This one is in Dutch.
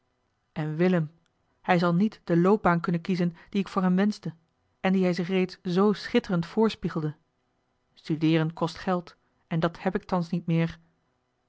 en willem hij zal niet de loopbaan kunnen kiezen die ik voor hem wenschte en die hij zich reeds zoo schitterend voorspiegelde studeeren kost geld en dat heb ik thans niet meer